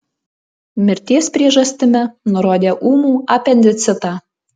mirties priežastimi nurodė ūmų apendicitą